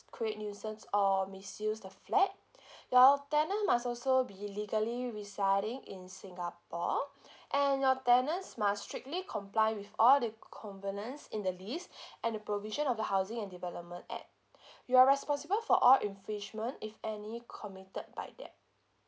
create nuisance or misuse the flat your tenant must also be legally residing in singapore and your tenants must strictly comply with all the covenants in the lease and the provision of the housing and development act you're responsible for all infringement if any committed by that